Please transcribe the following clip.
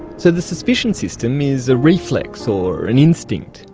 so the suspicion system is a reflex, or an instinct,